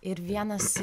ir vienas